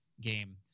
game